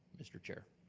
mr. chair.